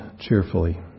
cheerfully